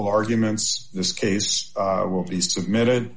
arguments this case will be submitted